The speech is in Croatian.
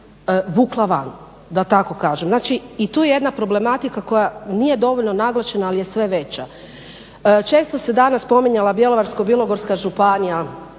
vukla van, da tako kažem. I tu je jedna problematika koja nije dovoljno naglašena ali je sve veća. Često se danas spominjala Bjelovarsko-bilogorska županija